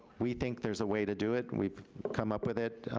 we think there's a way to do it, we've come up with it.